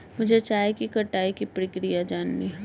मुझे चाय की कटाई की प्रक्रिया जाननी है